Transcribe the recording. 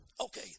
Okay